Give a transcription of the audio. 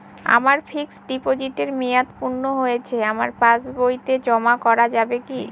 আমার ফিক্সট ডিপোজিটের মেয়াদ পূর্ণ হয়েছে আমার পাস বইতে জমা করা যাবে কি?